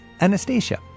Anastasia